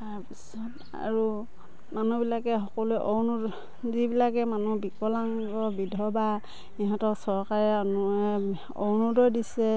তাৰ পিছত আৰু মানুহবিলাকে সকলোৱে অৰুণোদয় যিবিলাকে মানুহ বিকলাংগ বিধৱা সিহঁতৰ চৰকাৰে অৰুণোদয় দিছে